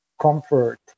comfort